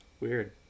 Weird